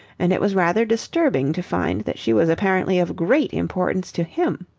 and it was rather disturbing to find that she was apparently of great importance to him.